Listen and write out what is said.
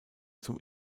zum